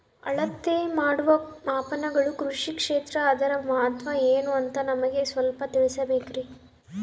ಅಳತೆ ಮಾಡುವ ಮಾಪನಗಳು ಕೃಷಿ ಕ್ಷೇತ್ರ ಅದರ ಮಹತ್ವ ಏನು ಅಂತ ನಮಗೆ ಸ್ವಲ್ಪ ತಿಳಿಸಬೇಕ್ರಿ?